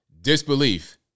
Disbelief